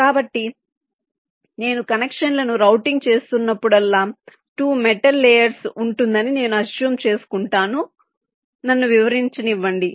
కాబట్టి నేను కనెక్షన్లను రౌటింగ్ చేస్తున్నప్పుడల్లా 2 మెటల్ లేయర్స్ ఉంటుందని నేను అస్స్యూమ్ చేసుకుంటాను నన్ను వివరించనివ్వండి